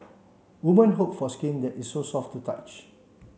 women hope for skin that is soft to the touch